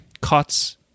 cuts